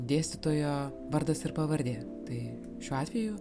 dėstytojo vardas ir pavardė tai šiuo atveju